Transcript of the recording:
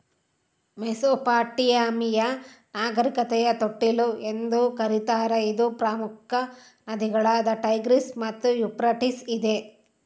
Mesopotamia ನಾಗರಿಕತೆಯ ತೊಟ್ಟಿಲು ಎಂದು ಕರೀತಾರ ಇದು ಪ್ರಮುಖ ನದಿಗಳಾದ ಟೈಗ್ರಿಸ್ ಮತ್ತು ಯೂಫ್ರಟಿಸ್ ಇದೆ